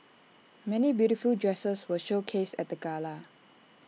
many beautiful dresses were showcased at the gala